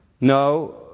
No